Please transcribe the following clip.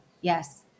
Yes